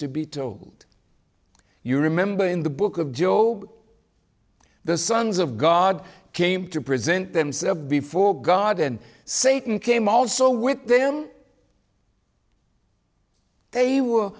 to be told you remember in the book of job the sons of god came to present themselves before god and satan came also with them they were